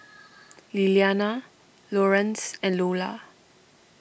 Lilliana Lorenz and Lola